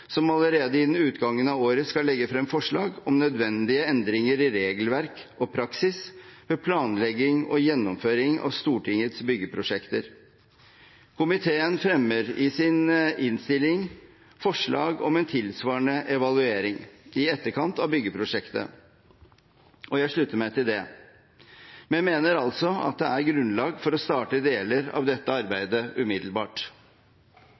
som allerede innen utgangen av året skal legge frem forslag om nødvendige endringer i regelverk og praksis ved planlegging og gjennomføring av Stortingets byggeprosjekter. Komiteen fremmer i sin innstilling forslag om en tilsvarende evaluering i etterkant av byggeprosjektet, og jeg slutter meg til det, men mener altså at det er grunnlag for å starte deler av dette